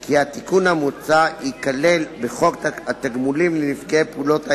כי התיקון המוצע ייכלל בחוק התגמולים לנפגעי פעולות האיבה,